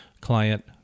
client